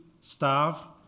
staff